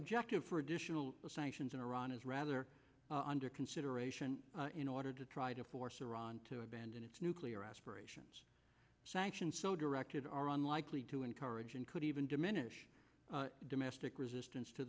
objective for additional sanctions on iran is rather under consideration in order to try to force iran to abandon its nuclear aspirations sanctions so directed are unlikely to encourage and could even diminish domestic resistance to